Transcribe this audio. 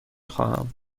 خواهم